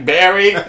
Barry